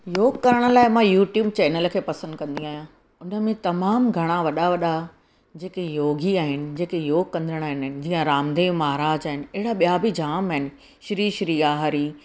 योग करण लाइ मां यूट्यूब चैनल खे पसंदि कंदी आहियां उन में तमामु घणा वॾा वॾा जेके योगी आहिनि जेके योग कंदड़ आहिनि जीअं रामदेव महाराज आहिनि अहिड़ा ॿिया बि जाम आहिनि श्री श्री आहे हरी